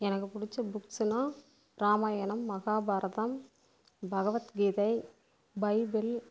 எனக்கு பிடிச்ச புக்ஸ்னா இராமாயணம் மகாபாரதம் பகவத்கீதை பைபிள்